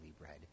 bread